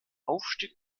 aufstieg